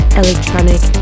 electronic